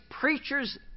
preachers